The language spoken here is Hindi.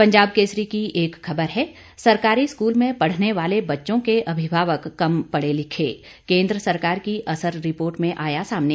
पंजाब केसरी की एक खबर है सरकारी स्कूल में पढ़ने वाले बच्चों के अभिभावक कम पढ़े लिखे केंद्र सरकार की असर रिपोर्ट में आया सामने